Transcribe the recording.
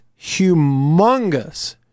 humongous